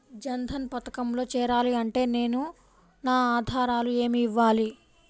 జన్ధన్ పథకంలో చేరాలి అంటే నేను నా ఆధారాలు ఏమి ఇవ్వాలి?